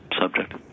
subject